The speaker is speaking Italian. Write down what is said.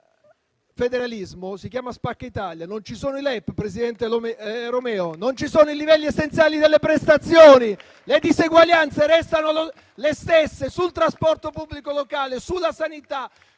federalismo, si chiama spacca Italia; non ci sono i LEP, presidente Romeo, non ci sono i livelli essenziali delle prestazioni, le diseguaglianze restano le stesse sul trasporto pubblico locale, sulla sanità,